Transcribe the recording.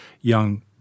young